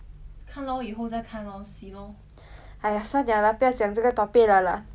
!aiya! 算 liao lah 不要讲这个 topic liao eh 要 dinner liao sia 你 dinner 想吃什么